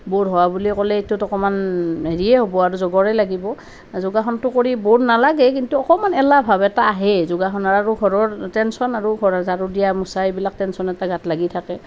bore হোৱা বুলি ক'লে এইটোত অকণমান হেৰিয়ে হ'ব আৰু জগৰেই লাগিব যোগাসনটো কৰি ব'ৰ নালাগে কিন্তু অকণমান এলাহ ভাৱ এটা আহেই যোগাসন আৰু ঘৰৰ টেনচন আৰু ঘৰৰ ঝাৰু দিয়া মুচা এইবিলাক টেনচন এটা গাত লাগি থাকে